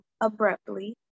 abruptly